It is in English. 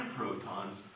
protons